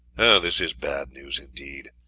this is bad news indeed.